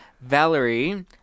Valerie